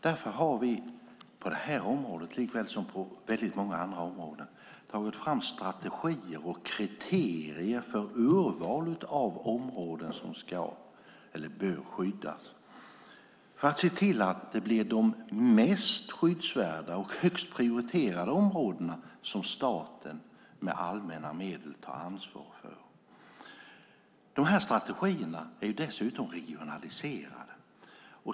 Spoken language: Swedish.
Därför har vi på det här området, likaväl som på väldigt många andra områden, tagit fram strategier och kriterier för urval av områden som ska eller bör skyddas för att se till att det blir de mest skyddsvärda och högst prioriterade områdena som staten med allmänna medel tar ansvar för. Dessa strategier är dessutom regionaliserade.